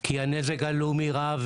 כי הנזק הלאומי רב,